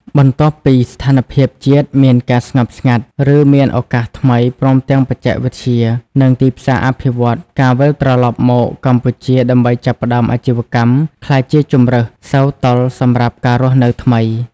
បន្ទាប់ពីស្ថានភាពជាតិមានការស្ងប់ស្ងាត់ ឬមានឱកាសថ្មីព្រមទាំងបច្ចេកវិទ្យា និងទីផ្សារអភិវឌ្ឍន៍ ការវិលត្រឡប់មកកម្ពុជាដើម្បីចាប់ផ្តើមអាជីវកម្មក្លាយជាជម្រើសសូវតុល្យសម្រាប់ការរស់នៅថ្មី។